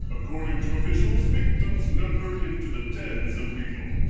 according to officials, victims number into the tens of people